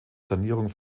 sanierung